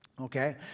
Okay